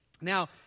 Now